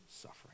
suffering